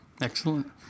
excellent